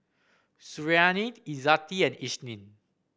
Suriani Izzati and Isnin